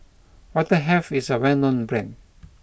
Vitahealth is a well known brand